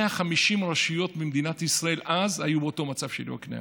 150 רשויות במדינת ישראל היו אז באותו מצב של יקנעם.